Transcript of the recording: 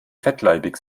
fettleibig